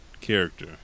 character